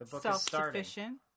self-sufficient